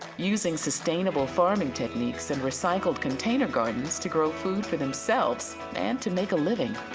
using sustainable farming techniques and recycled container gardens to grow food for themselves and to make a living.